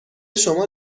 شما